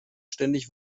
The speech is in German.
ständig